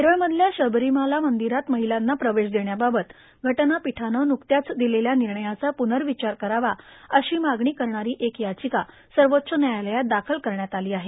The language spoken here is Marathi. केरळमधल्या शबरोमाला र्मादरात र्माहलांना प्रवेश देण्याबाबत घटनापीठानं न्कत्याच र्मदलेल्या र्मिणयाचा पूर्नावचार करावा अशी मागणी करणारों एक र्याचका सर्वाच्च न्यायालयात दाखल करण्यात आलो आहे